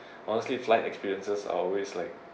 honestly flight experiences are always like